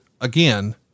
again